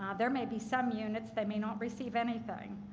um there may be some units that may not receive anything